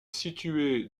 située